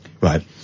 Right